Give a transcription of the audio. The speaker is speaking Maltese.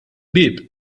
ħbieb